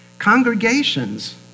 Congregations